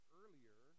earlier